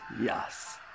Yes